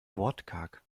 wortkarg